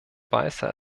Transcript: weißer